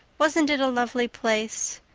wasn't it a lovely place?